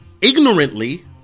ignorantly